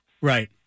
Right